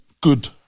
good